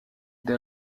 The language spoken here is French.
des